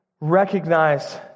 recognize